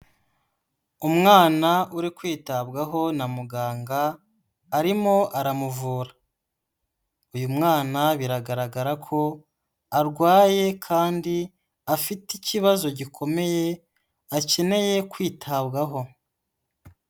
Umwana uri kwitabwaho na muganga arimo aramuvura, uyu mwana biragaragara ko arwaye kandi afite ikibazo gikomeye, akeneye kwitabwaho.